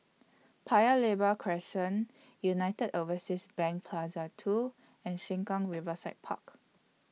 Paya Lebar Crescent United Overseas Bank Plaza two and Sengkang Riverside Park